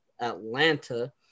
Atlanta